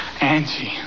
Angie